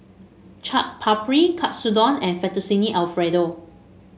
Chaat Papri Katsudon and Fettuccine Alfredo